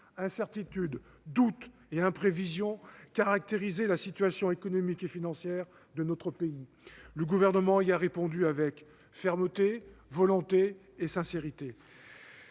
Incertitudes, doutes et imprévisions caractérisaient la situation économique et financière de notre pays : le Gouvernement y a répondu avec fermeté, volonté et sincérité.